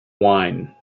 wine